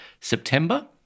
September